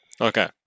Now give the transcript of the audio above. Okay